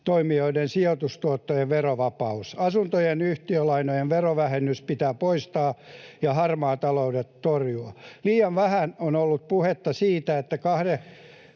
työmarkkinatoimijoiden sijoitustuottojen verovapaus. Asuntojen yhtiölainojen verovähennys pitää poistaa ja harmaata taloutta torjua. Liian vähän on ollut puhetta siitä, että kahdeksan